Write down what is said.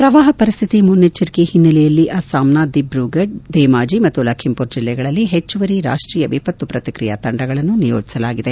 ಪ್ರವಾಹ ಪರಿಸ್ಡಿತಿ ಮುನ್ನೆಚ್ಚರಿಕೆ ಹಿನ್ನೆಲೆಯಲ್ಲಿ ಅಸ್ಪಾಂನ ದಿಬ್ರುಫ್ಡ್ ಧೇಮಾಜಿ ಮತ್ತು ಲಖೀಂಪುರ್ ಜಿಲ್ಲೆಗಳಲ್ಲಿ ಹೆಚ್ಚುವರಿ ರಾಷ್ಟೀಯ ವಿಪತ್ತು ಪ್ರತಿಕ್ರಿಯಾ ತಂಡಗಳನ್ನು ನಿಯೋಜಿಸಲಾಗಿದೆ